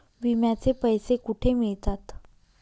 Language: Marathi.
विम्याचे पैसे कुठे मिळतात?